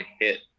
hit